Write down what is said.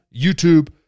YouTube